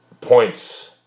points